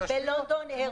בלונדון,